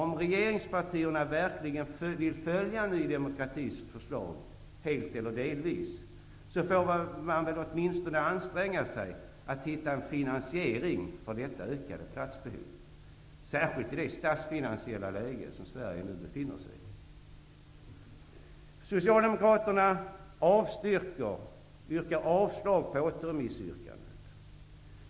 Om regeringspartierna verkligen vill följa Ny demokratis förslag, helt eller delvis, får man väl åtminstone anstränga sig att finna en finansiering för detta ökade platsbehov, särskilt med tanke på det statsfinansiella läge som Sverige befinner sig i. Socialdemokraterna yrkar avslag på återremissyrkandet.